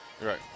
Right